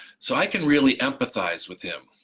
so i can really empathize with him.